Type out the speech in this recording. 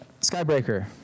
Skybreaker